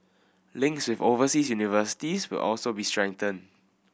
links with overseas universities will also be strengthened